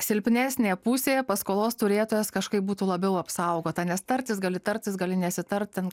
silpnesnė pusė paskolos turėtojas kažkaip būtų labiau apsaugota nes tartis gali tartis gali nesitart ten